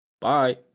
bye